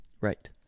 Right